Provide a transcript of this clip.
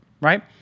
right